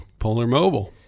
Polarmobile